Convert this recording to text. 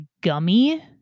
gummy